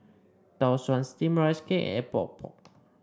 Tau Suan Steamed Rice Cake Epok Epok